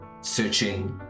searching